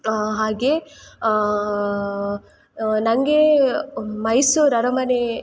ಹಾಗೆ ನನ್ಗೆ ಮೈಸೂರು ಅರಮನೆ